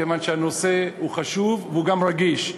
כיוון שהנושא הוא חשוב וגם רגיש.